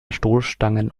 stoßstangen